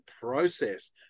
process